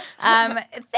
Thank